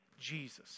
Jesus